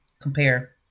compare